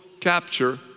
capture